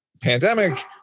pandemic